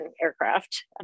aircraft